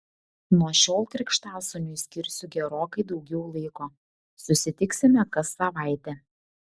nuo šiol krikštasūniui skirsiu gerokai daugiau laiko susitiksime kas savaitę